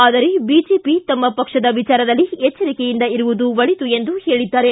ಆದರೆ ಬಿಜೆಪಿ ತಮ್ಮ ಪಕ್ಷದ ವಿಚಾರದಲ್ಲಿ ಎಚ್ಚರಿಕೆಯಿಂದ ಇರುವುದು ಒಳಿತು ಎಂದು ಹೇಳಿದ್ದಾರೆ